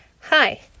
Hi